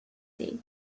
day